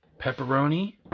pepperoni